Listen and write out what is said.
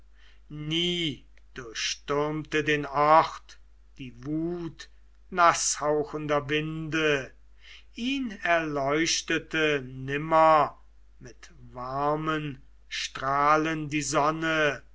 nie durchstürmte den ort die wut naßhauchender winde ihn erleuchtete nimmer mit warmen strahlen die sonne